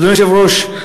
אדוני היושב-ראש,